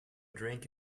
drink